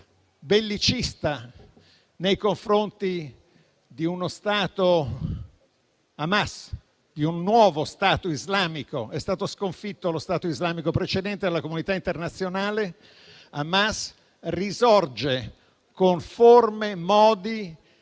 bellicista nei confronti di Hamas, di un nuovo Stato islamico. È stato sconfitto lo Stato islamico precedente dalla comunità internazionale e ora risorge con forme, modi